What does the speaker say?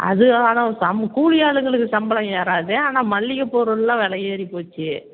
அது ஆனால் சம் கூலி ஆளுங்களுக்கு சம்பளம் ஏறாது ஆனால் மளிகை பொருளெலாம் விலை ஏறி போச்சு